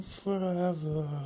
forever